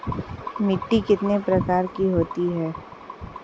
मिट्टी कितने प्रकार की होती हैं?